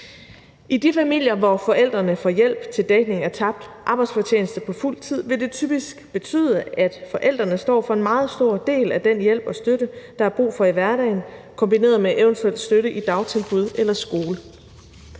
I de familier, hvor forældrene får hjælp til dækning af tabt arbejdsfortjeneste på fuld tid, vil det typisk betyde, at forældrene står for en meget stor del af den hjælp og støtte, der er brug for i hverdagen, kombineret med eventuel støtte i dagtilbud eller skole.